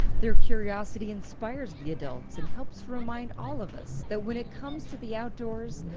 their curiosity inspires the adults, and helps remind all of us that when it comes to the outdoors,